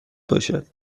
باشد